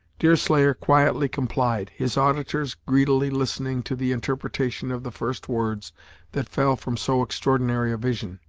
deerslayer quietly complied, his auditors greedily listening to the interpretation of the first words that fell from so extraordinary a vision.